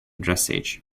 dressage